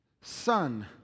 Son